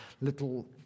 little